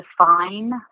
define